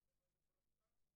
מרינה סלודקין ז"ל,